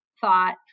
thought